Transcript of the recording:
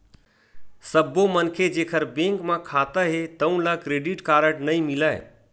सब्बो मनखे जेखर बेंक म खाता हे तउन ल क्रेडिट कारड नइ मिलय